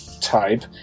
type